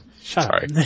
Sorry